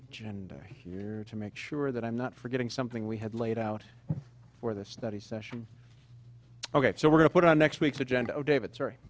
gender here to make sure that i'm not forgetting something we had laid out for this study session ok so we're going to put on next week's agenda david sorry